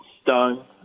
stung